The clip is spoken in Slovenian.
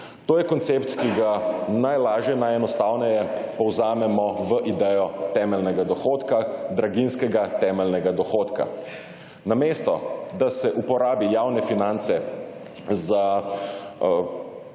To je koncept, ki ga najlažje, najenostavneje povzamemo v idejo temeljnega dohodka, draginjskega temeljnega dohodka. Namesto, da se uporabi javne finance za